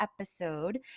episode